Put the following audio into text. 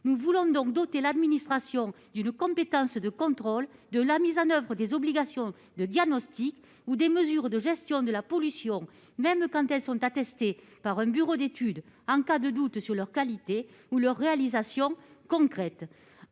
Nous voulons donc doter l'administration d'une compétence de contrôle de la mise en oeuvre des obligations de diagnostic ou des mesures de gestion de la pollution, même quand elles sont attestées par un bureau d'études, en cas de doute sur leur qualité ou leur réalisation concrète. À